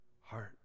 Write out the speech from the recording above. heart